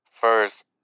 first